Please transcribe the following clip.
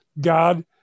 God